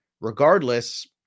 regardless